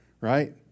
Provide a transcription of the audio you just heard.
Right